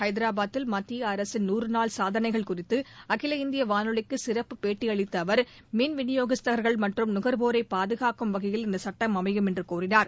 ஐதராபாத்தில் மத்திய அரசின் நூறு நாள் சாதனைகள் குறித்து அகில இந்திய வானொலிக்கு சிறப்பு பேட்டியளித்த அவர் மின் விநியோகஸ்தர்கள் மற்றும் நுகர்வோரை பாதுகாக்கும் வகையில் இந்த சட்டம் அமையும் என்று கூறினார்